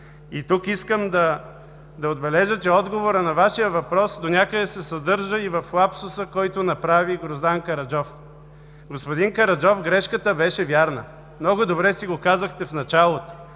Тук искам да отбележа, че отговорът на Вашия въпрос донякъде се съдържа и в лапсуса, който направи Гроздан Караджов. Господин Караджов, грешката беше вярна. Много добре си го казахте в началото.